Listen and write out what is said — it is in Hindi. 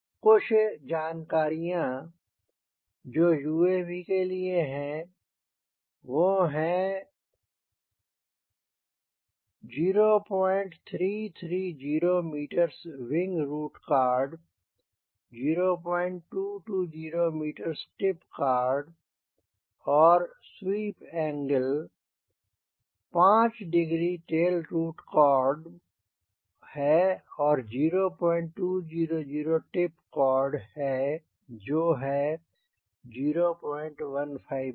कुछ और जानकारियाँ जो UAV के लिए हैं वो हैं 0330 meters wing root chord 0220 meters tip chord और sweep angle 5 degree tail root card है 0200 टिप कार्ड जो है 0150